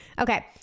Okay